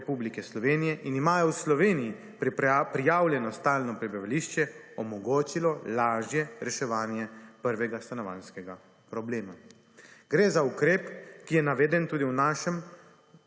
Republike Slovenije in imajo v Sloveniji prijavljeno stalno prebivališče, omogočilo lažje reševanje prvega stanovanjskega problema. Gre za ukrep, ki je naveden tudi v našem,